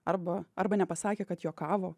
arba arba nepasakė kad juokavo